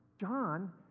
John